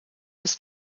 this